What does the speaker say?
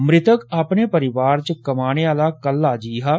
मृतक अपने परिवार च कमाने आला कल्ला जीह् हा